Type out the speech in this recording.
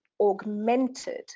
augmented